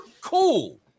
cool